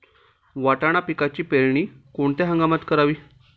वाटाणा पिकाची पेरणी कोणत्या हंगामात करावी?